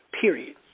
period